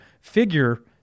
figure